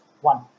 one